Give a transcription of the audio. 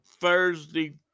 Thursday